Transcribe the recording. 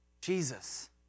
Jesus